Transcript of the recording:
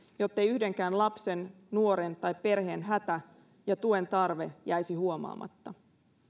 jottei yhdenkään lapsen nuoren tai perheen hätä ja tuen tarve jäisi huomaamatta